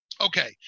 Okay